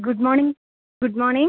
good morning